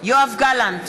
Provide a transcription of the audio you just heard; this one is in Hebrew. יואב גלנט,